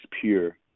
pure